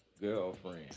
girlfriend